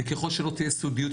וככל שלא תהיה סודיות,